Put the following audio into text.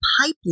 pipeline